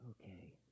Okay